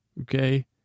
Okay